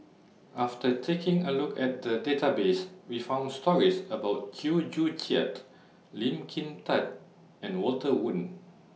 after taking A Look At The Database We found stories about Chew Joo Chiat Lee Kin Tat and Walter Woon